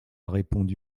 répondu